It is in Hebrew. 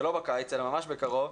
ולא בקיץ אלא ממש בקרוב,